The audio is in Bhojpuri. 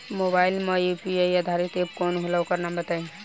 मोबाइल म यू.पी.आई आधारित एप कौन होला ओकर नाम बताईं?